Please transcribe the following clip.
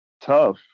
tough